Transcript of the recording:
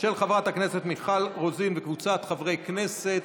של חברת הכנסת מיכל רוזין וקבוצת חברי כנסת.